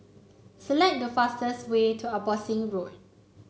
select the fastest way to Abbotsingh Road